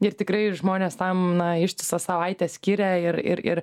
ir tikrai žmonės tam na ištisą savaitę skiria ir ir